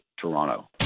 Toronto